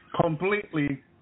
completely